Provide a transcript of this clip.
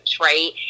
Right